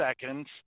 seconds